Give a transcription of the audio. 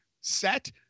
set